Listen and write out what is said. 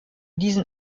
diesen